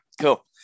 cool